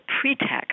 pretext